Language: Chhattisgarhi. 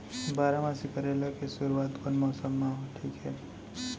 बारामासी करेला के शुरुवात कोन मौसम मा करना ठीक हे?